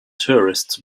tourists